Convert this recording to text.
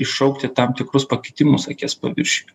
iššaukti tam tikrus pakitimus akies paviršiuje